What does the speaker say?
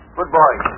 Goodbye